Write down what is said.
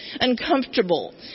uncomfortable